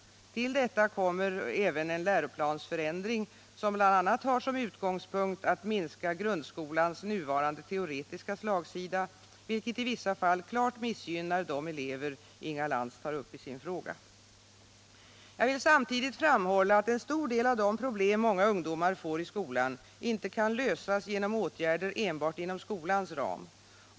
Till detta kommer även en läroplansförändring, som bl.a. har som utgångspunkt att minska grundskolans nuvarande teoretiska slagsida, vilken i vissa fall klart missgynnar de elever Inga Lantz tar upp i sin fråga. Jag vill samtidigt framhålla att en stor del av de problem många ungdomar får i skolan inte kan lösas genom åtgärder enbart inom skolans ram.